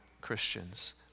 Christians